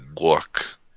look